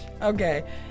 Okay